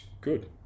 good